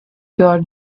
your